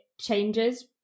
changes